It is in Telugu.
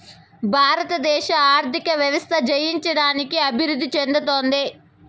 భారతదేశ ఆర్థిక వ్యవస్థ జయించడానికి అభివృద్ధి చెందుతోంది